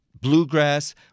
bluegrass